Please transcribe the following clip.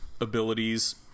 abilities